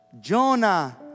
Jonah